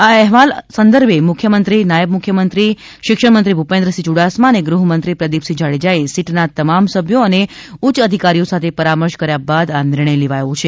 આ અહેવાલ સંદર્ભે મુખ્યમંત્રી નાયબ મુખ્યમંત્રી નીતીન પટેલ શિક્ષણમંત્રી ભુપેન્દ્રસિંહ યુડાસમા અને ગૃહમંત્રી પ્રદિપસિંહ જાડેજાએ સીટના તમામ સભ્યો અને ઉચ્ય અધિકારીઓ સાથે પરામર્શ કર્યા બાદ આ નિર્ણય લેવાયો છે